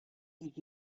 und